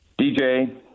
DJ